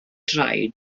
draed